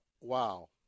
wow